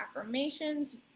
affirmations